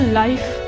life